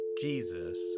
Jesus